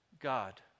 God